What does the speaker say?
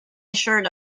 assured